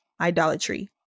idolatry